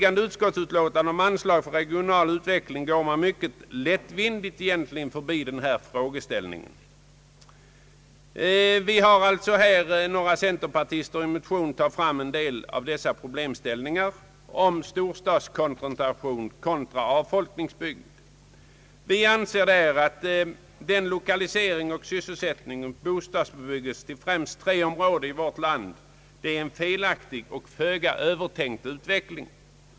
anslag för regional utveckling går man egentligen mycket lättvindigt förbi denna frågeställning. I en motion har vi, några centerpartister, tagit upp frågeställningen om storstadskoncentration kontra avfolkningsbygd. Vi anser att lokalisering, sysselsättning och bostadsbebyggelse till främst tre områden i vårt land är en felaktig och föga övertänkt utveckling.